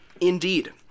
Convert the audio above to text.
Indeed